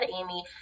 Amy